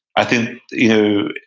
i think, you know,